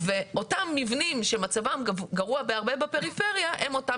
ואותם מבנים שמצבם גרוע בהרבה בפריפריה הם אותם